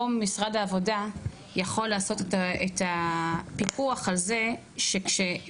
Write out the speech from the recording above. פה משרד העבודה יכול לעשות את הפיקוח על זה שכשמייצרים